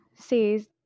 says